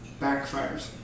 backfires